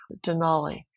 denali